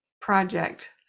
project